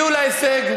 כשהגיעו להישג,